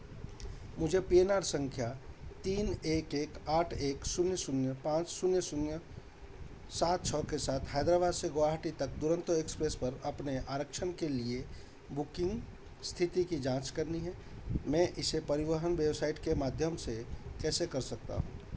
मुझे P N R संख्या तीन एक एक आठ एक शून्य शून्य पाँच शून्य शून्य सात छः के साथ हैदराबाद से गोहाटी तक दुरंतो एक्सप्रेस पर अपने आरक्षण के लिए बुकिंग स्थिति की जाँच करनी है मैं इसे परिवहन बेवसाइट के माध्यम से कैसे कर सकता हूँ